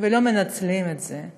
ולא מנצלים את זה.